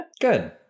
Good